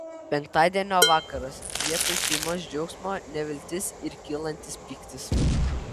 penktadienio vakaras vietoj šeimos džiaugsmo neviltis ir kylantis pyktis